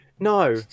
no